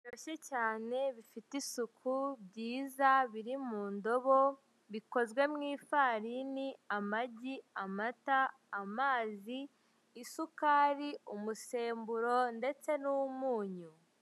Bibyoshye cyane bifite isuku byiza biri mu ndobo bikozwe mu ifarini, amagi, amata, amazi, isukari, umusemburo ndetse n'umunyu.